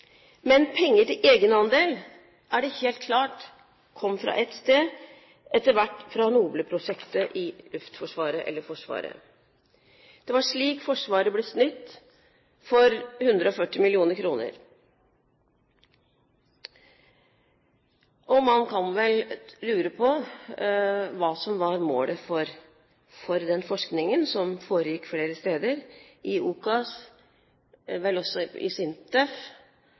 men det er helt klart at penger til egenandel kom fra ett sted – etter hvert fra NOBLE-prosjektet i Luftforsvaret, eller Forsvaret. Det var slik Forsvaret ble snytt for 140 mill. kr. Og man kan vel lure på hva som var målet for den forskningen som foregikk flere steder – i OCAS, og vel også i SINTEF,